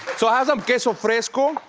so i have some queso fresco,